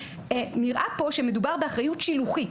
נראה פה שמדובר באחריות שילוחית,